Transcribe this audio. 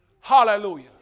Hallelujah